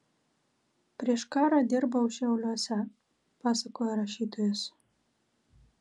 prieš karą dirbau šiauliuose pasakoja rašytojas